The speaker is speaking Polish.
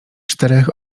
czterech